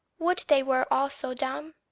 would they were also dumb!